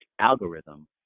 algorithm